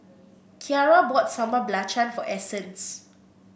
Ciara bought Sambal Belacan for Essence